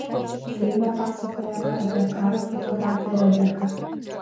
filme pasakojama apie karo fotografę rebeką